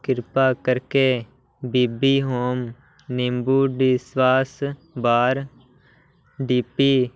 ਕ੍ਰਿਪਾ ਕਰਕੇ B B home ਨਿੰਬੂ ਡਿਸ਼ਵਾਸ਼ ਬਾਰ ਡੀ ਪੀ